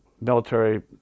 military